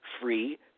free